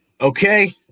Okay